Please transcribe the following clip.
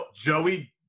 joey